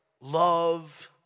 love